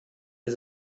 wir